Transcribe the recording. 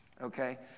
okay